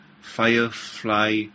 firefly